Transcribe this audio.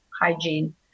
hygiene